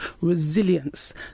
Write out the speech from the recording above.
resilience